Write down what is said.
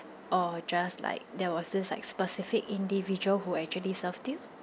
or just like there was this like specific individual who actually served you